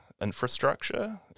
infrastructure